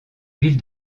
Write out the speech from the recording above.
ville